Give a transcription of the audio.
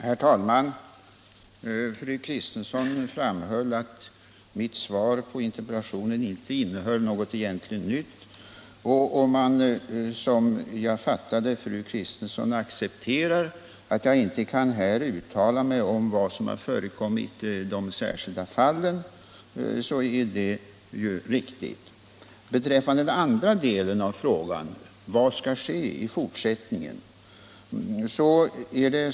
Herr talman! Fru Kristensson framhöll att mitt svar på interpellationen inte innehöll något egentligt nytt. Om man, som jag fattade fru Kristensson, accepterar att jag inte här kan uttala mig om vad som har förekommit i de särskilda fallen, är det ju riktigt. Den andra delen av frågan gällde vad som skall ske i fortsättningen.